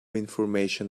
information